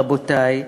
רבותי,